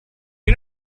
you